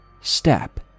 Step